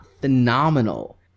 phenomenal